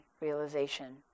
realization